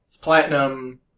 platinum